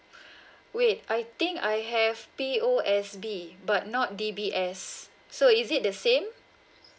wait I think I have P_O_S_B but not D_B_S so is it the same